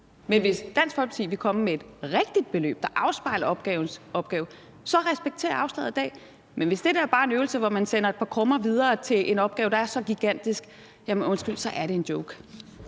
Men hvis Dansk Folkeparti vil komme med et rigtigt beløb, der afspejler opgavens omfang, så respekterer jeg afslaget i dag. Men hvis det der bare er en øvelse, hvor man sender et par krummer videre til en opgave, der er så gigantisk, jamen undskyld, så er det en joke.